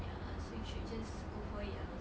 ya so you should just go for it ah